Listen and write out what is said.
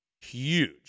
huge